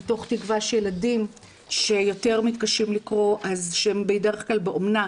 מתוך תקווה שילדים שיותר מתקשים לקרוא שהם בדרך כלל באומנה